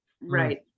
Right